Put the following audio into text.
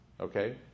okay